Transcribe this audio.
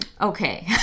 Okay